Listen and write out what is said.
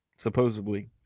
Supposedly